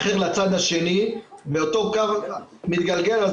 אני נמצא מתוך זה שאני חש ומכיר את זה ושאני לא אומר שהכל בסדר,